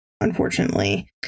unfortunately